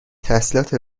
تحصیلات